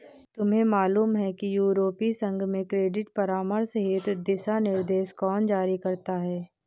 तुम्हें मालूम है कि यूरोपीय संघ में क्रेडिट परामर्श हेतु दिशानिर्देश कौन जारी करता है?